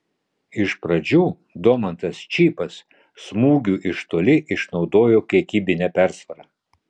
iš pradžių domantas čypas smūgiu iš toli išnaudojo kiekybinę persvarą